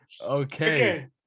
Okay